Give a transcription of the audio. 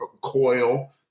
coil